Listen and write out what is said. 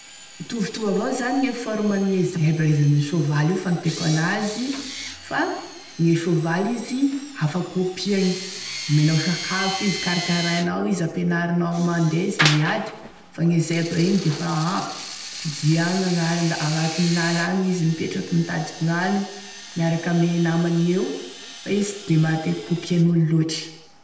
Mitovitovy avao zany e forme e zebra izy ame soavaly io fagnenteako anazy fa gne soavaly izy afaky ompiagny, omenao sakafo izy karakarainao izy hampianarinao mandeha izy miady fa gne zebra igny da efa agny dia agny gnagnarany da agnatin'ny ala agny izy mipetraky mitady gnaniny miaraka ame namany eo fa izy sy de matetitiky ompiagn'olo lotry.